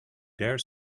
dare